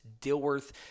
Dilworth